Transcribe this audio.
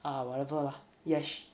ah whatever lah yes